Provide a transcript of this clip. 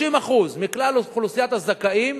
30% מכלל אוכלוסיית הזכאים